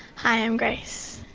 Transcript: hi, i'm grace,